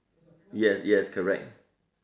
yeah yes correct